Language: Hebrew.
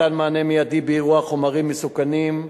מתן מענה מיידי באירוע חומרים מסוכנים,